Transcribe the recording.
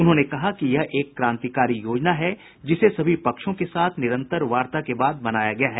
उन्होंने कहा कि यह एक क्रांतिकारी योजना है जिसे सभी पक्षों के साथ निरंतर वार्ता के बाद बनाया गया है